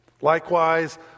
Likewise